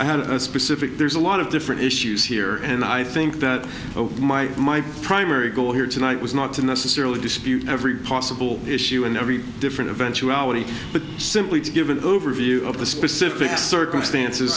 i have a specific there's a lot of different issues here and i think that opened my my primary goal here tonight was not to necessarily dispute every possible issue in every different eventuality but simply to give an overview of the specific circumstances